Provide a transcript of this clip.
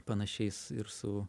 panašiais ir su